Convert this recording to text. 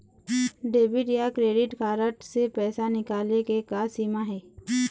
Debit या credit card से पैसा निकाले के का सीमा हे?